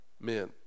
men